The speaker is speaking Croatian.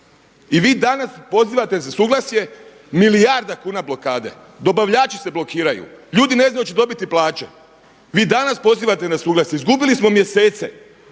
i vi danas pozivate za suglasje milijarda kuna blokade, dobavljači se blokiraju, ljudi ne znaju hoće dobiti plaće. Vi danas pozivate na suglasje, izgubili ste mjesece,